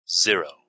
zero